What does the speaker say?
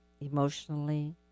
emotionally